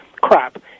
crap